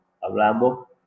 Hablando